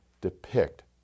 depict